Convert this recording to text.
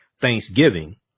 Thanksgiving